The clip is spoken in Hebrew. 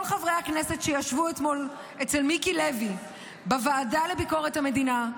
כל חברי הכנסת שישבו אתמול אצל מיקי לוי בוועדה לביקורת המדינה,